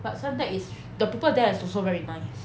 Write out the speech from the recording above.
but suntec is the people there is also very nice